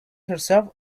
herself